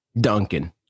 duncan